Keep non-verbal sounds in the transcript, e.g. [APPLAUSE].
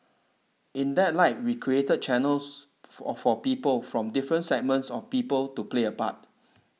in that light we created channels for [UNINTELLIGIBLE] people from different segments of people to play a part